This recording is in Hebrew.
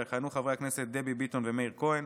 יכהנו חברי הכנסת דבי ביטון ומאיר כהן,